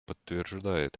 подтверждает